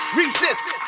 resist